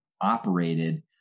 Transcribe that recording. operated